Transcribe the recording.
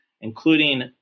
including